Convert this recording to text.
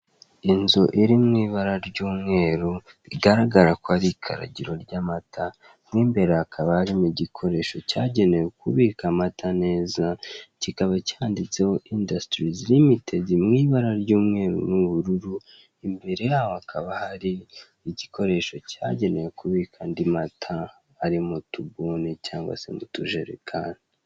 Inzu iri mu ibara ry'umweru bigaragara ko ari ikaragiro ry'amata, mo imbere hakaba harimo igikoresho cyagenewe kubika amata neza, kikaba cyanditseho indasitirizi limitedi mu ibara ry'umweru n'ubururu, imbere yaho hakaba hari igikoresho cyagenewe kubika andi mata ari mu tubuni cyangwa se mu tujerekani.